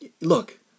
Look